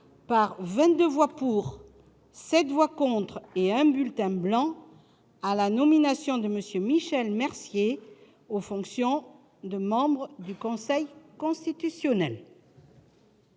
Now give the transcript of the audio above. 22 voix pour, 7 voix contre et 1 bulletin blanc -à la nomination de M. Michel Mercier aux fonctions de membre du Conseil constitutionnel.